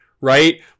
right